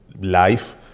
life